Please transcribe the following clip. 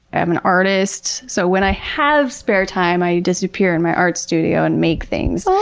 am an artist, so when i have spare time i disappear in my art studio and make things.